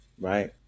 right